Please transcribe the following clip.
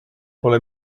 pole